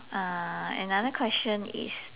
oh uh another question is